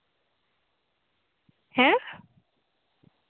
ᱦᱮᱸ